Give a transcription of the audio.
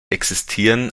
existieren